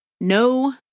No